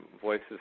voices